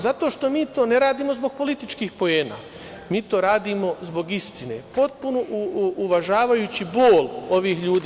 Zato što mi to ne radimo zbog političkih poena, mi to radimo zbog istine, potpuno uvažavajući bol ovih ljudi.